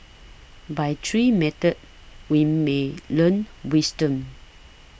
by three methods we may learn wisdom